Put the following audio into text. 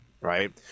right